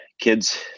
Kids